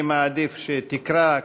אני מעדיף שתקרא,